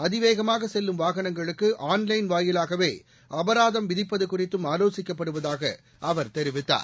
அதிவேகமாக செல்லும் வாகனங்களுக்கு ஆன் லைன் வாயிலாகவே அபராதம் விதிப்பது குறித்தும் ஆலோசிக்கப்படுவதாக அவர் தெரிவித்தார்